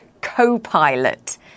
co-pilot